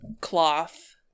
cloth